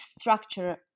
structure